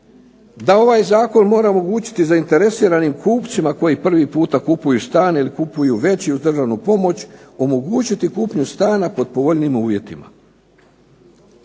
da ovaj zakon mora omogućiti zainteresiranim kupcima koji prvi puta kupuju stan ili kupuju veći uz državnu pomoć omogućiti kupnju stana pod povoljnijim uvjetima.